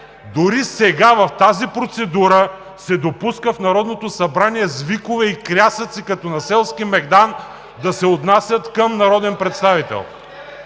Дори и сега, в тази процедура, се допуска в Народното събрание с викове и крясъци като на селски мегдан да се отнасят към народен представител.